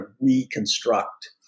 reconstruct